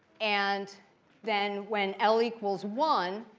and then when l equals one,